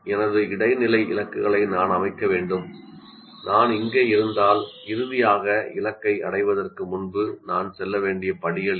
எனது இடைநிலை இலக்குகளை நான் அமைக்க வேண்டும் நான் இங்கே இருந்தால் இறுதியாக இலக்கை அடைவதற்கு முன்பு நான் செல்ல வேண்டிய படிகள் என்ன